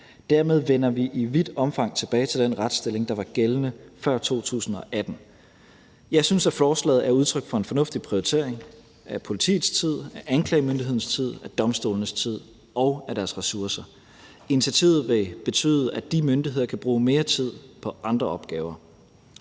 Dermed vender vi i vidt omfang tilbage til den retsstilling, der var gældende før 2018. Jeg synes, at forslaget er udtryk for en fornuftig prioritering af politiets tid, af anklagemyndighedens tid, af domstolenes tid og af deres ressourcer. Initiativet vil betyde, at de myndigheder kan bruge mere tid på andre opgaver.